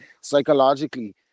psychologically